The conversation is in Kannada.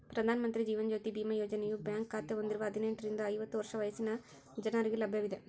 ಪ್ರಧಾನ ಮಂತ್ರಿ ಜೀವನ ಜ್ಯೋತಿ ಬಿಮಾ ಯೋಜನೆಯು ಬ್ಯಾಂಕ್ ಖಾತೆ ಹೊಂದಿರುವ ಹದಿನೆಂಟುರಿಂದ ಐವತ್ತು ವರ್ಷ ವಯಸ್ಸಿನ ಜನರಿಗೆ ಲಭ್ಯವಿದೆ